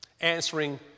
answering